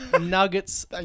Nuggets